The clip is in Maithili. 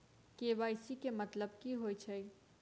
के.वाई.सी केँ मतलब की होइ छै?